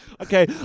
Okay